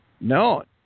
No